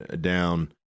down